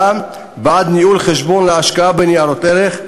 בעד ניהול חשבון להשקעה בניירות ערך.